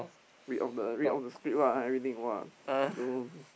read off the read off the script ah and everything !wah! don't know